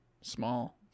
small